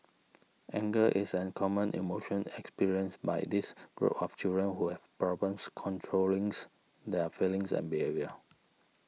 anger is a common emotion experienced by this group of children who have problems controlling their feelings and behaviour